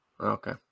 okay